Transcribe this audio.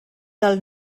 del